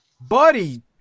Buddy